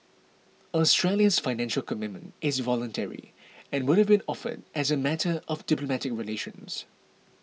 Australia's Financial Commitment is voluntary and would have been offered as a matter of diplomatic relations